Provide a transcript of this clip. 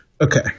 Okay